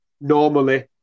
normally